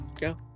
go